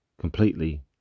completely